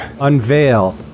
Unveil